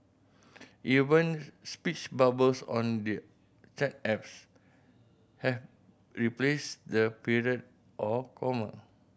even speech bubbles on the chat apps have replaced the period or comma